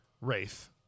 Wraith